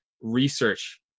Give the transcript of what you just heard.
research